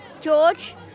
george